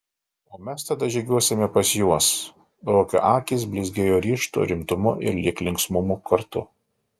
o mes tada žygiuosime pas juos ruokio akys blizgėjo ryžtu rimtumu ir lyg linksmumu kartu